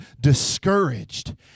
discouraged